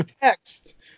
Text